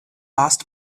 last